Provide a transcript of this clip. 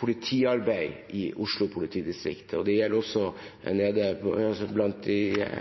politiarbeid i Oslo politidistrikt, og det gjelder også på de